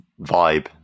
vibe